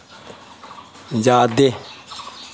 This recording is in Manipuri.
ꯌꯥꯗꯦ